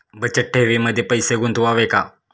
बचत ठेवीमध्ये पैसे गुंतवावे का?